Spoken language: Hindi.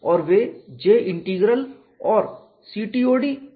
और वे J इंटीग्रल और CTOD या COD हैं